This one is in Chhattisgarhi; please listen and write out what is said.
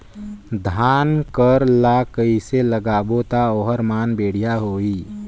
धान कर ला कइसे लगाबो ता ओहार मान बेडिया होही?